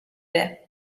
vers